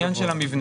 זה עניין של המבנה.